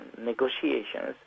negotiations